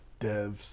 Devs